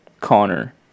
Connor